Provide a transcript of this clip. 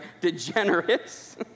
degenerates